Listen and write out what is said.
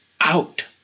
out